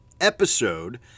episode